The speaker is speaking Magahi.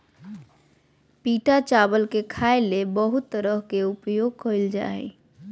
पिटा चावल के खाय ले बहुत तरह से उपयोग कइल जा हइ